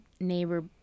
neighbor